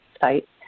site